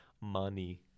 Money